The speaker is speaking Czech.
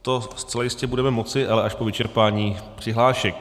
To zcela jistě budeme moci, ale až po vyčerpání přihlášek.